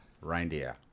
Reindeer